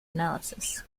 analysis